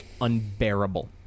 unbearable